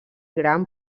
gram